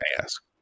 ask